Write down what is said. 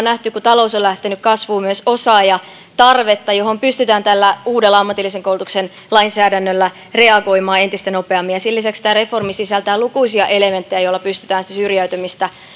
nähty kun talous on lähtenyt kasvuun myös osaajatarvetta johon pystytään tällä uudella ammatillisen koulutuksen lainsäädännöllä reagoimaan entistä nopeammin sen lisäksi tämä reformi sisältää lukuisia elementtejä joilla pystytään syrjäytymistä